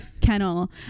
kennel